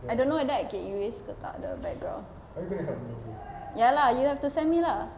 I don't know whether I can erase ke tak the background ya lah you have to send me lah